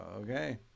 okay